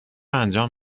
انجام